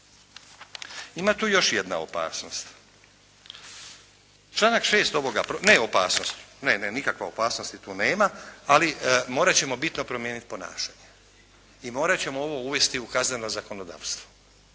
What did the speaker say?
Ima tu još jedna opasnost. Članak 6., ne opasnost, ne, ne, nikakve opasnosti tu nema ali morat ćemo bitno promijeniti ponašanje i morat ćemo ovo uvesti u kazneno zakonodavstvo.